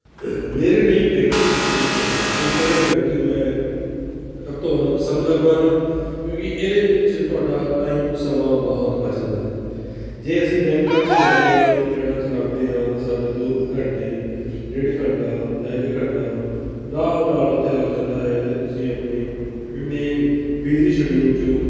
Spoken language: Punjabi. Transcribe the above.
ਮੇਰੇ ਲਈ ਬੈਂਕਿੰਗ ਜਿਹੜੀ ਹੈ ਉਹ ਇੰਟਰਨੈਟ ਬੈਂਕਿੰਗ ਮੈਂ ਸਭ ਤੋਂ ਜ਼ਿਆਦਾ ਪਸੰਦ ਕਰਦਾ ਹਾਂ ਕਿਉਂਕਿ ਇਹਦੇ ਵਿੱਚ ਤੁਹਾਡਾ ਟਾਈਮ ਸਮਾਂ ਬਹੁਤ ਬਚਦਾ ਹੈ ਜੇ ਅਸੀਂ ਬੈਂਕਾਂ 'ਚ ਜਾਂਦੇ ਹਾਂ ਉੱਥੇ ਲੈਨਾਂ 'ਚ ਲੱਗਦੇ ਹਾਂ ਤਾਂ ਸਾਡੇ ਦੋ ਘੰਟੇ ਡੇਢ ਘੰਟਾ ਜਾਂ ਇੱਕ ਘੰਟਾ ਆਰਾਮ ਨਾਲ ਉੱਥੇ ਲੱਗ ਜਾਂਦਾ ਹੈ ਅਤੇ ਤੁਸੀਂ ਆਪਣੇ ਇੰਨੇ ਬਿਜ਼ੀ ਸ਼ੈਡਿਊਲ 'ਚੋਂ